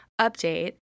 Update